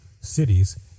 cities